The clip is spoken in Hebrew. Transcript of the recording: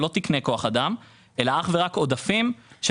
אלה לא תקני כוח אדם אלא אך ורק עודפים של